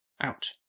out